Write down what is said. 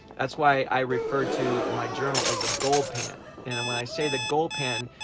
that's why i referred to my journal as a gold pan. and and when i say the gold pan,